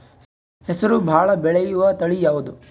ಹೆಸರು ಭಾಳ ಬೆಳೆಯುವತಳಿ ಯಾವದು?